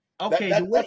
Okay